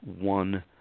one